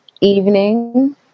evening